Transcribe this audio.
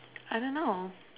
I don't know